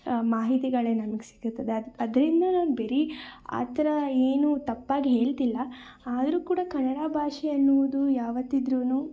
ಮಾಹಿತಿಗಳೇ ನಮಗೆ ಸಿಗುತ್ತದೆ ಅದರಿಂದ ನಾನು ಬರೀ ಆ ಥರ ಏನು ತಪ್ಪಾಗಿ ಹೇಳ್ತಿಲ್ಲ ಆದರೂ ಕೂಡ ಕನ್ನಡ ಭಾಷೆ ಅನ್ನುವುದು ಯಾವತ್ತಿದ್ರೂ